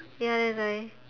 ya that's why